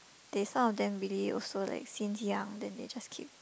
they some of them really also like since young then they just keep